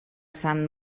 sant